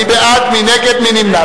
נמנע?